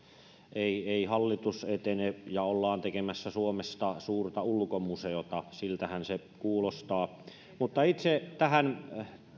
ei ei hallitus etene ja ole tekemässä suomesta suurta ulkomuseota siltähän se kuulostaa mutta itse tähän